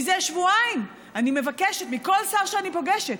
זה שבועיים אני מבקשת מכל שר שאני פוגשת: